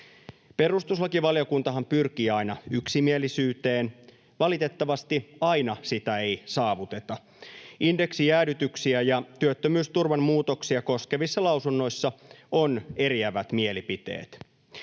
Perustuslakivaliokuntahan pyrkii aina yksimielisyyteen. Valitettavasti aina sitä ei saavuteta. Indeksijäädytyksiä ja työttömyysturvan muutoksia koskevissa lausunnoissa on eriävät mielipiteet.